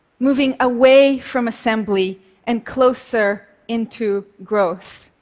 moving away from assembly and closer into growth.